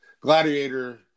gladiator